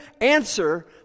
answer